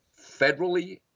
federally